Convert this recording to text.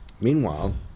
meanwhile